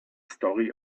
story